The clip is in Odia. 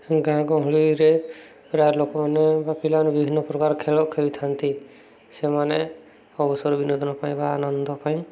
ଗାଁ ଗହଳିରେ ପ୍ରାୟ ଲୋକମାନେ ବା ପିଲାମାନେ ବିଭିନ୍ନ ପ୍ରକାର ଖେଳ ଖେଳିଥାନ୍ତି ସେମାନେ ଅବସର ବିନୋଦନ ପାଇଁ ବା ଆନନ୍ଦ ପାଇଁ